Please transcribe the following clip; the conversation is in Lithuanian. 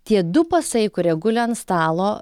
tie du pasai kurie guli ant stalo